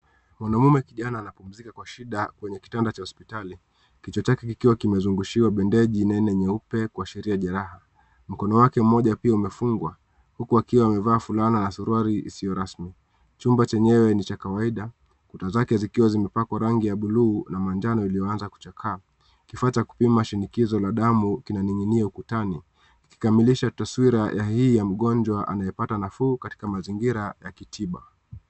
Mwanaume kijana anapumzika kwa shida kwenye kitanda cha hospitali. Kichwa chake kikiwa kimezungushiwa bendeji nyeupe kwa sheria jeraha. Mkono wake mmoja pia umefungwa huku akiwa amevaa fulana na suruwari isiyo rasmi. Chumba chenyewe ni cha kawaida, kuta zake zikiwa zimepakwa rangi ya blue na manjano iliyoanza kuchakaa. Kifaa cha kupima shinikizo la damu kinaning'inia ukutani, kikikamilisha taswira ya hii ya mgonjwa anayepata nafuu katika mazingira ya kitiba.